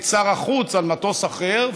את שר החוץ על מטוס אחר,